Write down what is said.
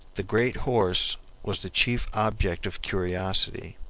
the great horse was the chief object of curiosity.